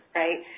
right